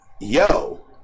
yo